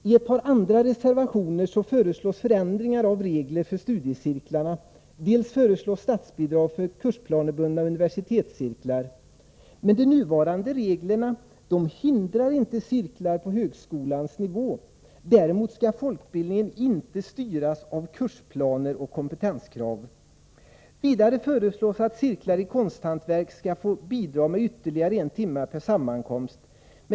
I ett par andra reservationer föreslås förändringar av reglerna för studiecirklar. Här föreslås statsbidrag för kursplanebundna universitetscirklar. Men de nuvarande reglerna hindrar inte cirklar på högskolans nivå; däremot skall folkbildning inte styras av kursplaner och kompetenskrav. Nr 106 Vidare föreslås att cirklar i konsthantverk skall få bidrag för ytterligare en M ;: Torsdagen den timme per sammankomst.